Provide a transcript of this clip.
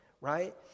right